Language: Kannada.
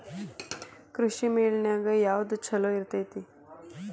ಕೃಷಿಮೇಳ ನ್ಯಾಗ ಯಾವ್ದ ಛಲೋ ಇರ್ತೆತಿ?